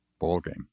ballgame